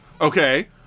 okay